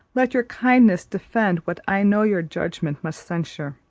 let your kindness defend what i know your judgment must censure.